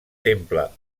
temple